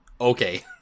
okay